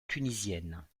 tunisienne